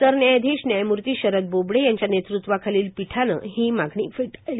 सरन्यायाधीश न्यायमूर्ती शरद बोबडे यांच्या नेतृत्वाखालील पीठानं फेटाळली